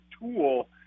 tool